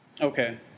Okay